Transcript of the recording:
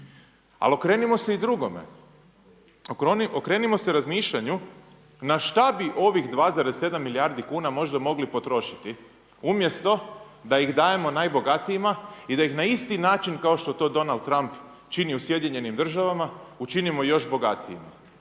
Ali okrenimo se i drugome. Okrenimo se razmišljanju na šta bi ovih 2,7 milijardi kuna možda mogli potrošiti umjesto da ih dajemo najbogatijima i da ih na isti način kako što to Donald Trump čini u SAD-u učinimo još bogatijima.